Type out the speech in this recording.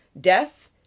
Death